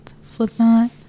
Slipknot